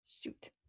Shoot